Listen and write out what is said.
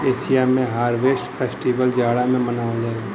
Asia में harvest festival जाड़ा में मनावल जाला